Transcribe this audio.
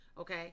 Okay